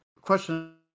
question